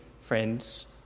friends